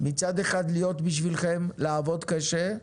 מצד אחד, להיות בשבילכם, לעבוד קשה,